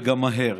וגם מהר.